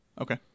Okay